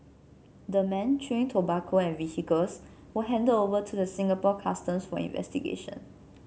the men chewing tobacco and vehicles were handle over to the Singapore Customs for investigation